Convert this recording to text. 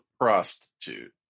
prostitute